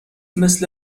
مثه